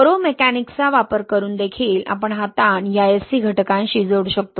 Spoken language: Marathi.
पोरोमेकॅनिक्सचा वापर करून देखील आपण हा ताण या SC घटकाशी जोडू शकतो